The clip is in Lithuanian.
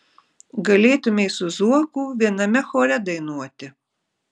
galėtumei su zuoku viename chore dainuoti